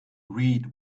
read